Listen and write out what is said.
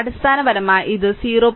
അടിസ്ഥാനപരമായി ഇത് 0